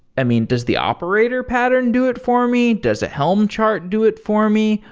i mean, does the operator pattern do it for me? does a helm chart do it for me?